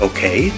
Okay